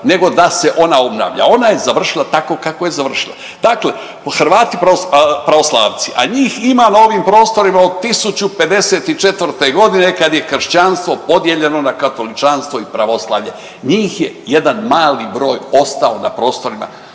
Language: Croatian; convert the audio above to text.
nego da se ona obnavlja. Ona je završila tako kako je završila. Dakle, Hrvati pravoslavci, a njih ima na ovim prostorima od 1054. g. kad je kršćanstvo podijeljeno na katoličanstvo i pravoslavlje, njih je jedan mali broj ostao na prostorima,